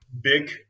big